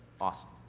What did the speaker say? Awesome